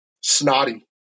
snotty